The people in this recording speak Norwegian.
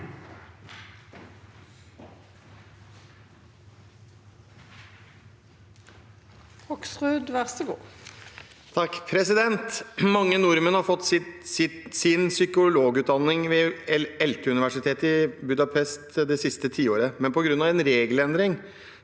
«Mange nordmenn har fått sin psykologutdannelse ved ELTE-universitetet det siste tiåret. På grunn av en regelendring